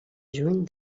juny